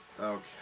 Okay